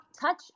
touch